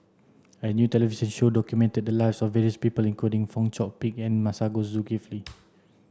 a new television show documented the lives of various people including Fong Chong Pik and Masagos Zulkifli